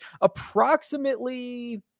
approximately